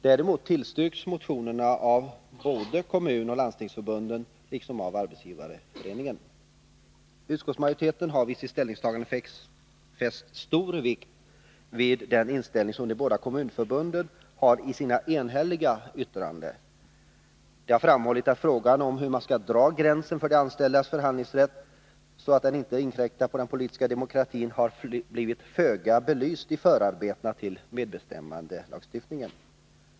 Däremot tillstyrks motionerna av kommunoch landstingsförbunden liksom av Arbetsgivareföreningen. Utskottsmajoriteten har vid sitt ställningstagande fäst stor vikt vid den inställning som de båda kommunförbunden har i sina enhälliga yttranden. De har framhållit att frågan hur man skall dra gränsen för de anställdas förhandlingsrätt, så att den inte inkräktar på den politiska demokratin, har blivit föga belyst i förarbetena till medbestämmandelagstiftningen.